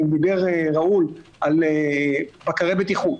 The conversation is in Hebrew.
דיבר ראול על בקרי בטיחות,